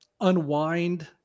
unwind